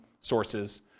sources